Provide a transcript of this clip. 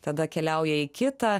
tada keliauja į kitą